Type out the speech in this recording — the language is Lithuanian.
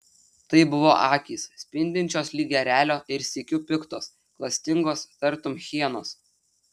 tai buvo akys spindinčios lyg erelio ir sykiu piktos klastingos tartum hienos